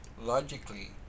logically